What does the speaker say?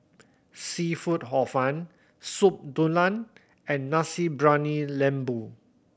seafood Hor Fun Soup Tulang and Nasi Briyani Lembu